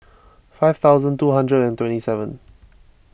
five thousand two hundred and twenty seven